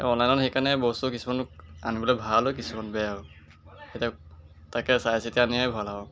অনলাইনত সেইকাৰণে বস্তু কিছুমান আনিবলৈ ভালো কিছুমান বেয়াও এতিয়া তাকে চাই চিতি অনায়েই ভাল আৰু